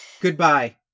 Goodbye